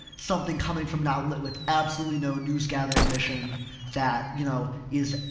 something coming from not with absolutely no news gathering mission that, you know, is,